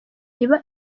iba